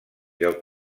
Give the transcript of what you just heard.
del